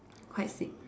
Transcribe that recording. quite sick